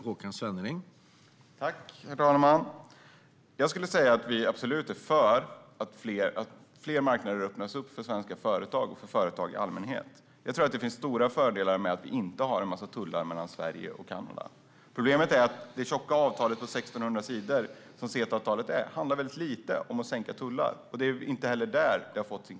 Herr talman! Jag skulle säga att vi absolut är för att fler marknader öppnas upp för svenska företag och för företag i allmänhet. Jag tror att det finns stora fördelar med att vi inte har en massa tullar mellan Sverige och Kanada. Problemet är att det 1 600 sidor tjocka CETA-avtalet handlar väldigt lite om att sänka tullar, och det är inte heller på den punkten som avtalet har fått kritik.